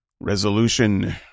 resolution